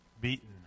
beaten